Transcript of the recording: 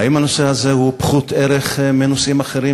האם הנושא הזה הוא פחות-ערך מנושאים אחרים